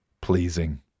pleasing